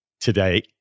Today